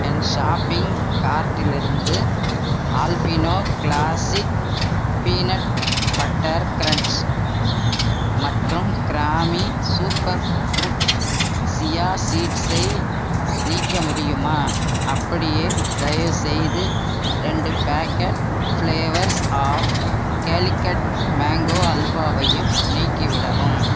என் shopping கார்ட்டில் இருந்து Albino classic peanut butter crunch மற்றும் க்ராமி சூப்பர் ஃபுட் சியா சீட்ஸை நீக்க முடியுமா அப்படியே தயவுசெய்து ரெண்டு packet flavours of Calicut mango அல்வாவையும் நீக்கிவிடவும்